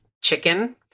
chicken